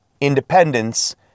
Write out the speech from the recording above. independence